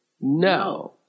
no